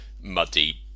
muddy